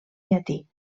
llatí